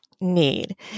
need